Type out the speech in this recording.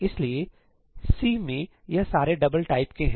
इसलिए C मैं यह सारे डबल टाइप के हैं